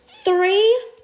Three